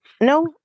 No